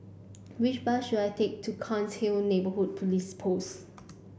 which bus should I take to Cairnhill Neighbourhood Police Post